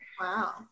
Wow